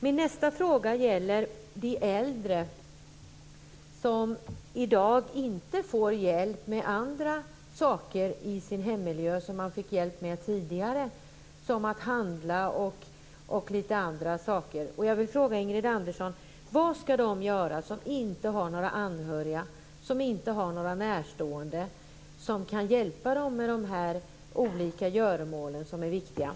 Min nästa fråga gäller de äldre som i dag inte får hjälp med saker i sin hemmiljö som de fick hjälp med tidigare. Det gäller t.ex. att handla och litet andra saker. Jag vill fråga Ingrid Andersson: Vad skall de göra som inte har några anhöriga eller närstående som kan hjälpa dem med de här olika viktiga göromålen?